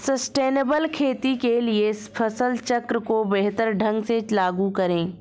sustainable खेती के लिए फसल चक्र को बेहतर ढंग से लागू करें